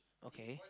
okay